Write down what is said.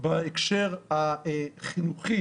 בהקשר החינוכי